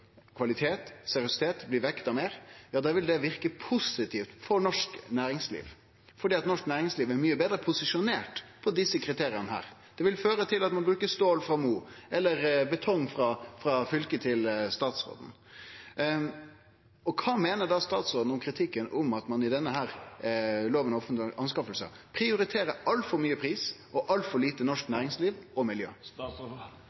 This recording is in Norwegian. for norsk næringsliv er mykje betre posisjonert når det gjeld desse kriteria. Det vil føre til at ein bruker stål frå Mo i Rana eller betong frå fylket som statsråden kjem frå. Kva meiner statsråden då om kritikken om at ein i lov om offentlege innkjøp prioriterer pris altfor høgt og norsk næringsliv og miljø altfor